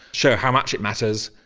show how much it matters.